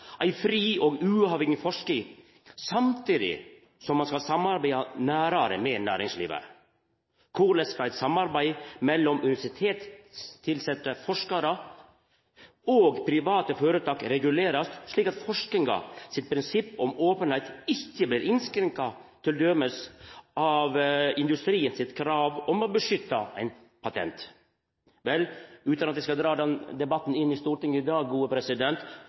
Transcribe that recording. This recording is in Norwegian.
ei fri og uavhengig forsking samtidig som ein skal samarbeida nærare med næringslivet. Korleis skal eit samarbeid mellom universitetstilsette forskarar og private føretak regulerast, slik at forskinga sitt prinsipp om openheit ikkje vert innskrenka t.d. av industrien sitt krav om å beskytta ein patent? Vel, utan at eg skal dra den debatten inn i Stortinget i dag,